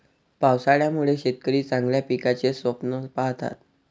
पावसाळ्यामुळे शेतकरी चांगल्या पिकाचे स्वप्न पाहतात